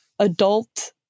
adult